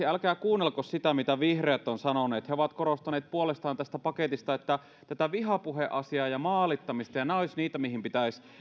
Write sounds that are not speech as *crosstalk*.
*unintelligible* älkää kuunnelko sitä mitä vihreät ovat sanoneet he ovat korostaneet puolestaan että tässä paketissa tämä vihapuheasia ja maalittaminen olisivat niitä mihin pitäisi